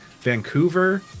Vancouver